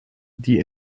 die